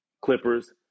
Clippers